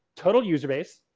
total user base,